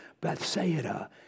Bethsaida